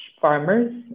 farmers